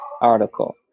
article